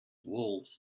wolves